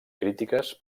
crítiques